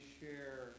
share